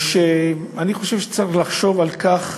ואני חושב שצריך לחשוב על כך